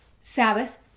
Sabbath